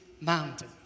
mountain